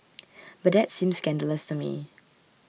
but that seems scandalous to me